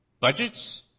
budgets